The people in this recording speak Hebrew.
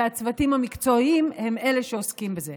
והצוותים המקצועיים הם שעוסקים בזה.